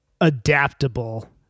adaptable